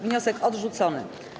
Wniosek odrzucony.